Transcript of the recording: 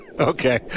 okay